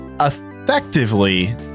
effectively